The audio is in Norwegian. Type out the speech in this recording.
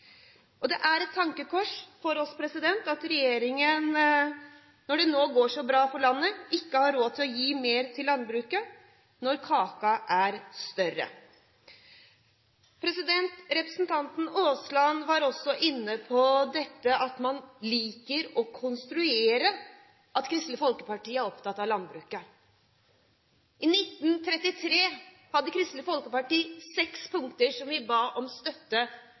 Det er et tankekors for oss at regjeringen, når det nå går så bra for landet, ikke har råd til å gi mer til landbruket – når kaka er større. Representanten Aasland var også inne på at man liker å konstruere at Kristelig Folkeparti er opptatt av landbruket. I 1933 hadde Kristelig Folkeparti seks punkter som vi ba om støtte